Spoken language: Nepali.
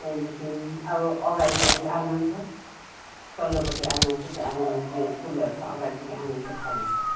त्याँदेखि अब अघाडिपट्टि आँगन छ तल्लोपट्टि आँगन छ त्यो आँगनमा चै मेरो फुलहरू छ अगाडिपट्टि आँगन चै खाली छ